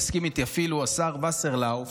יסכים איתי אפילו השר וסרלאוף,